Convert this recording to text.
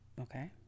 Okay